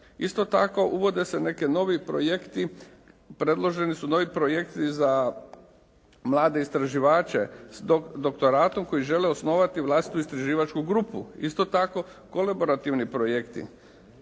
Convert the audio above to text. Isto tako, uvode se neki novi projekti, predloženi su novi projekti za mlade istraživače s doktoratom koji žele osnovati vlastitu istraživačku grupu. Isto tako, kolaborativni projekti